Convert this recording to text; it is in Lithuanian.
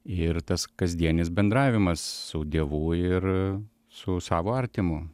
ir tas kasdienis bendravimas su dievu ir su savo artimu